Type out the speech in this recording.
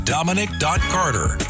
Dominic.Carter